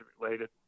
related